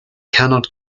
cannot